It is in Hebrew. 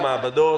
גם מעבדות.